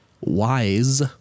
WISE